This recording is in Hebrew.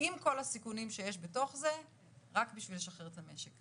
עם כל הסיכונים שיש בתוך הזה רק בשביל לשחרר את המשק.